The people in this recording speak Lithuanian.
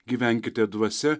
gyvenkite dvasia